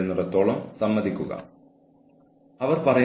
ഇത് ബംഗാളിയിൽ പോസ്റ്റോ എന്നും അറിയപ്പെടുന്നു